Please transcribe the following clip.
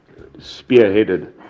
spearheaded